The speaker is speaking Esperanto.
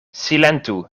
silentu